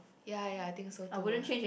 ya ya I think so too